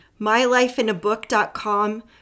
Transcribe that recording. mylifeinabook.com